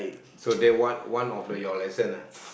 so that one one of your lesson ah